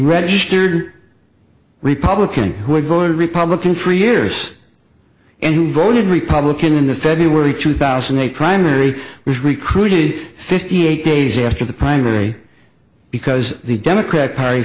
registered republican who had voted republican for years and who voted republican in the february two thousand a primary was recruited fifty eight days after the primary because the democratic party